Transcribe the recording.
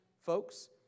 Folks